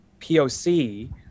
POC